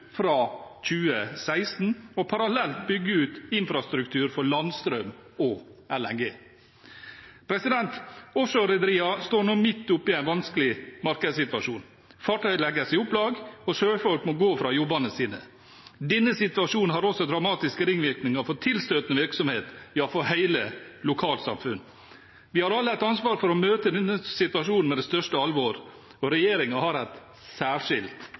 fra 2016 og parallelt bygges ut infrastruktur for landstrøm og LNG. Offshorerederiene står nå midt oppe i en vanskelig markedssituasjon. Fartøy legges i opplag, og sjøfolk må gå fra jobbene sine. Denne situasjonen har også dramatiske ringvirkninger for tilstøtende virksomhet, ja, for hele lokalsamfunn. Vi har alle et ansvar for å møte denne situasjonen med det største alvor. Regjeringen har et særskilt